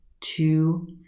two